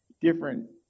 different